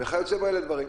וכיוצא באלה דברים.